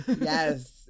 Yes